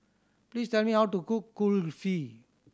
please tell me how to cook Kulfi